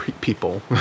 people